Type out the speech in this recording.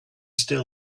still